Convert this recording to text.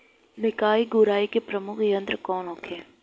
निकाई गुराई के प्रमुख यंत्र कौन होखे?